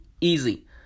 easy